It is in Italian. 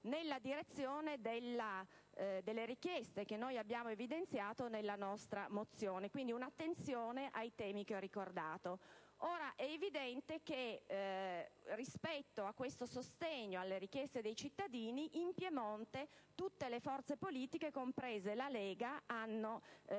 nella direzione delle richieste che noi abbiamo evidenziato nella nostra mozione, quindi un'attenzione ai temi che ho ricordato. È evidente che, rispetto a questo sostegno alle richieste dei cittadini, in Piemonte tutte le forze politiche, compresa la Lega, hanno